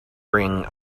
bring